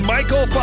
Michael